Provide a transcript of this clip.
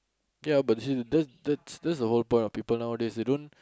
ya but you see that's that's that's the whole point of people today they don't